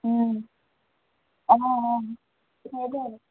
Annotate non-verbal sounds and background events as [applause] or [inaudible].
অঁ অঁ [unintelligible]